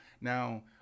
Now